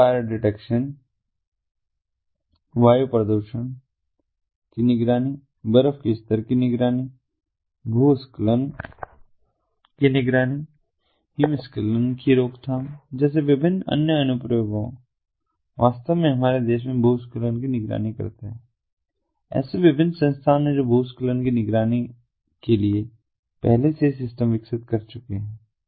one fire detection वायु प्रदूषण की निगरानी बर्फ के स्तर की निगरानी भूस्खलन की निगरानी और हिमस्खलन की रोकथाम जैसे विभिन्न अन्य अनुप्रयोग वास्तव में हमारे देश में भूस्खलन की निगरानी करते हैं ऐसे विभिन्न संस्थान हैं जो भूस्खलन की निगरानी के लिए पहले से ही सिस्टम विकसित कर चुके हैं